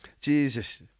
Jesus